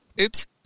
Oops